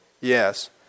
Yes